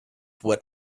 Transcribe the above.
what